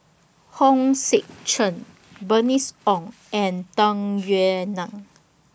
Hong Sek Chern Bernice Ong and Tung Yue Nang